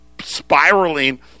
spiraling